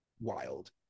wild